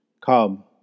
Come